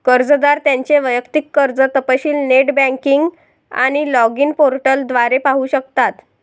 कर्जदार त्यांचे वैयक्तिक कर्ज तपशील नेट बँकिंग आणि लॉगिन पोर्टल द्वारे पाहू शकतात